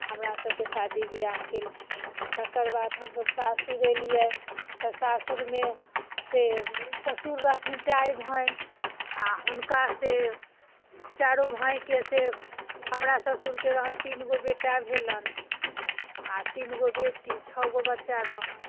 हमरा सबके शादी बिआह केलखिन तकर बाद हमसब सासुर एलियै तऽ सासुरमे से ससुर रहथिन चारि भाय आ हुनका से चारो भायके से हमरा ससुरके रहनि तीन गो बेटा भेलनि आ तीन गो बेटी छओ गो बच्चा रहनि